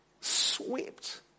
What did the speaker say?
swept